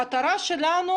המטרה שלנו